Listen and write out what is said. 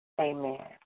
amen